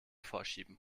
vorschieben